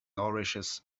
nourishes